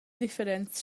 differents